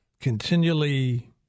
continually